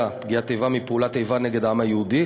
בפגיעת איבה מפעולת איבה נגד העם היהודי,